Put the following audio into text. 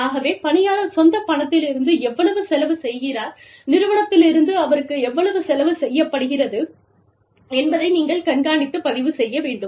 ஆகவே பணியாளர் சொந்த பணத்திலிருந்து எவ்வளவு செலவு செய்கிறார் நிறுவனத்திலிருந்து அவருக்கு எவ்வளவு செலவு செய்யப்படுகிறது என்பதை நீங்கள் கண்காணித்து பதிவு செய்ய வேண்டும்